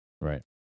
Right